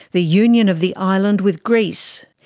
the union of the island with greece.